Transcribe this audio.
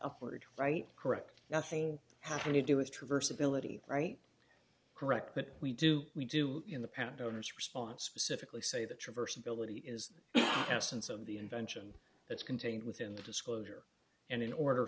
upward right correct nothing having to do with traverse ability right correct but we do we do in the patent owners response civically say the traverse ability is the absence of the invention that's contained within the disclosure and in order